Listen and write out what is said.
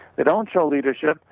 they don't show leadership.